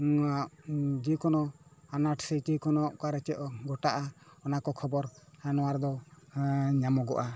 ᱱᱚᱣᱟ ᱡᱮᱠᱳᱱᱳ ᱟᱱᱟᱴ ᱥᱮ ᱡᱮᱠᱳᱱᱳ ᱚᱠᱟᱨᱮ ᱪᱮᱫ ᱜᱷᱚᱴᱟᱜᱼᱟ ᱚᱱᱟ ᱠᱚ ᱠᱷᱚᱵᱚᱨ ᱱᱚᱣᱟ ᱨᱮᱫᱚ ᱧᱟᱢᱚᱜᱚᱜᱼᱟ